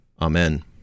Amen